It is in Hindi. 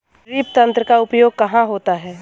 ड्रिप तंत्र का उपयोग कहाँ होता है?